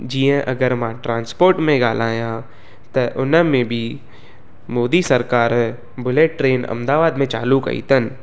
जीअं अगरि मां ट्रांसपोर्ट में ॻाल्हायां त उनमें बि मोदी सरकार बुलेट ट्रेन अहमदाबाद में चालू कई अथनि